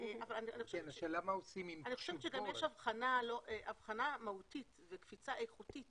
אני חושבת שיש הבחנה מהותית ותפיסה איכותית